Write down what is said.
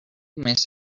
miss